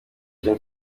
gen